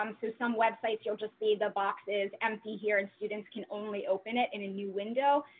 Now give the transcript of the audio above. um so some websites, you'll just see the box is empty here and students can only open it in a new window,